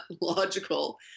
logical